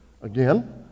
Again